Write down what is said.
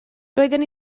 doeddwn